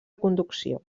conducció